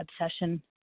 obsession